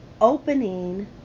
opening